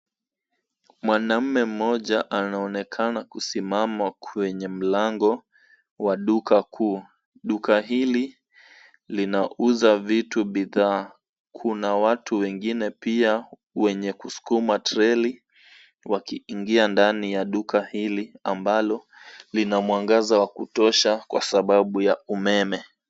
Mwanaume mmoja anaonekana kusimama kwenye mlango wa duka kuu. Duka hili linauza vitu bidhaa. Kuna watu wengine pia wenye kusukuma troli wakiingia ndani ya duka hili ambalo lina mwangaza wa kutosha kwa sababu ya umeme.